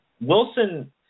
Wilson